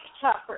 chopper